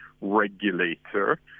regulator